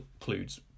includes